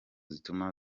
zituma